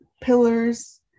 pillars